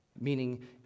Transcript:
Meaning